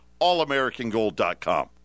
allamericangold.com